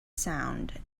sound